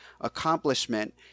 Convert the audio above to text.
accomplishment